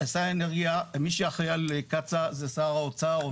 שר האנרגיה, מי שאחראי על קצא"א זה שר האוצר.